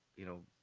you know,